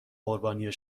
قربانی